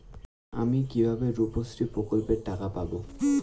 আমি কিভাবে রুপশ্রী প্রকল্পের টাকা পাবো?